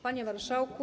Panie Marszałku!